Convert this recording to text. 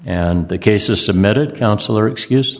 and the cases submitted counselor excuse